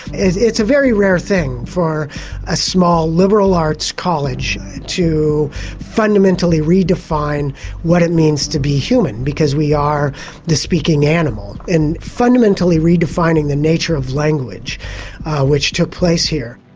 it's a very rare thing for a small liberal arts college to fundamentally redefine what it means to be human because we are the speaking animal and fundamentally redefining the nature of language which took place here.